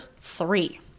three